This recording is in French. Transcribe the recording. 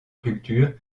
culture